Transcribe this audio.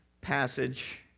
passage